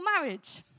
marriage